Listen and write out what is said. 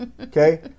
Okay